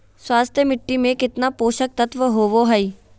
स्वस्थ मिट्टी में केतना पोषक तत्त्व होबो हइ?